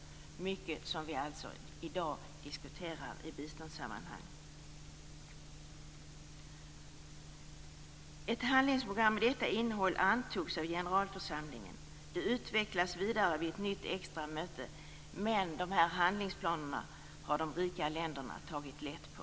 Det är mycket av detta som vi i dag diskuterar i biståndssammanhang. Ett handlingsprogram med detta innehåll antogs av generalförsamlingen. Det utvecklades vidare vid ett nytt extra möte. Men dessa handlingsplaner har de rika länderna tagit lätt på.